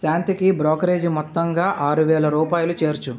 శాంతికి బ్రోకరేజీ మొత్తంగా ఆరు వేలు రూపాయలు చేర్చు